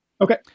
Okay